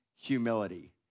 humility